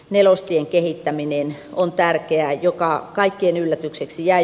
nelostien kehittäminen on tärkeää joka on kaikkien yllätykseksi jäi